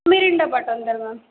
Mirinda पाठवून द्याल ma'am